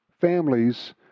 families